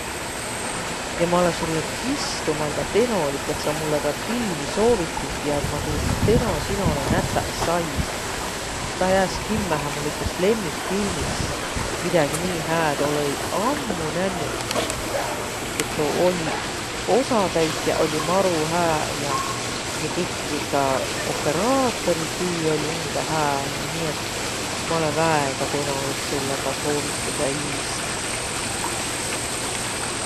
Ja ma olõ sullõ kistumaldaq tenolik, et sa mullõ taad filmi soovitit ja et ma tuud teno sinolõ nätäq sai. Taa jääs kimmähe mul ütes lemmikfilmis. Midägi nii hääd olõ-õi ammu nännüq. E tuu oll', osatäütjäq olliq maru hääq ja, ja kõik taa opõraatoritüü oll' umbõ hää ja. Nii et ma olõ väega tenolik sullõ taa soovitusõ iist.